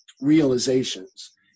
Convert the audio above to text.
realizations